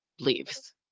leaves